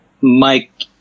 Mike